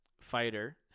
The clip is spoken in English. fighter